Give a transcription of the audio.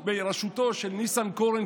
ביקורת נגד ערבים זו גזענות,